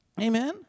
Amen